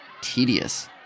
tedious